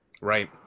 right